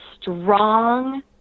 strong